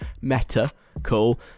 Meta-cool